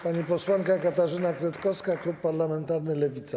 Pani posłanka Katarzyna Kretkowska, klub parlamentarny Lewica.